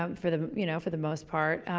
um for the you know for the most part.